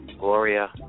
Gloria